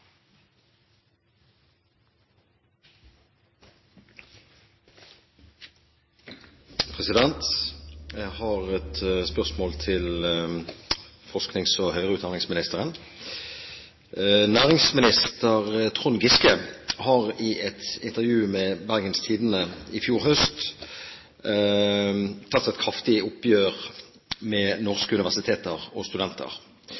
høyere utdanningsministeren. Næringsminister Trond Giske har i et intervju med Bergens Tidende i fjor høst tatt et kraftig oppgjør med norske universiteter og studenter.